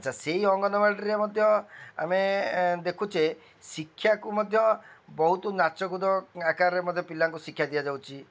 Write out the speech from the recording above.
ଆଚ୍ଛା ସେଇ ଅଙ୍ଗନବାଡ଼ିରେ ମଧ୍ୟ ଆମେ ଦେଖୁଛେ ଶିକ୍ଷାକୁ ମଧ୍ୟ ବହୁତ ନାଚକୁଦ ଆକାରରେ ମଧ୍ୟ ପିଲାଙ୍କୁ ଶିକ୍ଷା ଦିଆଯାଉଛି